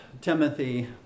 Timothy